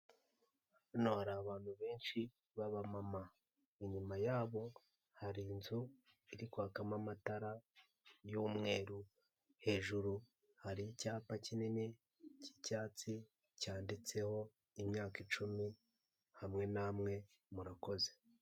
Hano hari abantu benshi b'abamama inyuma yabo hari inzu iri kwakamo amatara y'umweru, hejuru hari icyapa kinini k'icyatse cyanditseho imyaka icumi hamwe namwe murakoze.